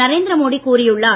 நரேந்திர மோடி கூறியுள்ளார்